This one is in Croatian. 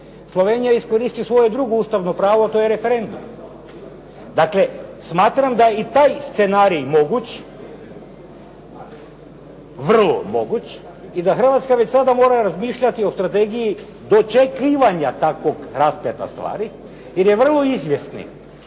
Slovenija iskoristi svoje drugo Ustavno pravo, a to je referendum. Dakle, smatram da je i taj scenarij moguć, vrlo moguć i da Hrvatska već sada mora razmišljati o strategiji dočekivanja takvog raspleta stvari, jer je vrlo izvjesni